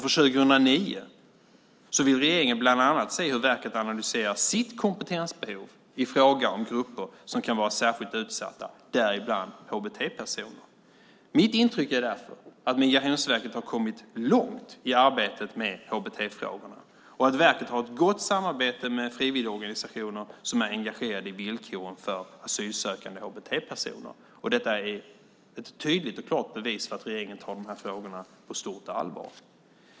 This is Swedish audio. För 2009 vill regeringen bland annat se hur verket analyserar sitt kompetensbehov i fråga om grupper som kan vara särskilt utsatta, däribland HBT-personer. Mitt intryck är därför att Migrationsverket har kommit långt i arbetet med HBT-frågorna och att verket har ett gott samarbete med frivilligorganisationer som är engagerade i villkoren för asylsökande HBT-personer. Detta är ett tydligt och klart bevis för att regeringen tar frågorna på stort allvar.